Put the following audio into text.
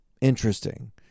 interesting